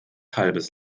halbes